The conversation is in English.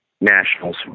nationals